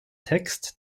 text